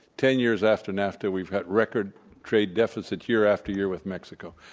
ten years after nafta we've had record trade deficits year after year with mexico.